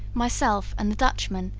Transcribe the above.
myself, and the dutchman,